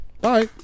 bye